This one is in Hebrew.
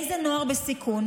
לאיזה נוער בסיכון,